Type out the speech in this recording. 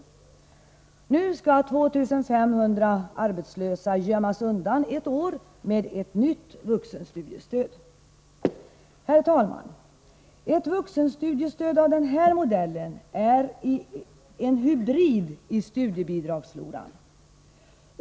Nu skall 2 500 arbetslösa ”gömmas undan” ett år med ett nytt vuxenstudiestöd! Herr talman! Ett vuxenstudiestöd av den här modellen är en hybrid i studiebidragsfloran.